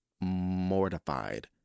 mortified